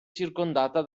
circondata